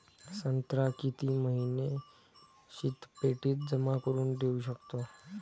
संत्रा किती महिने शीतपेटीत जमा करुन ठेऊ शकतो?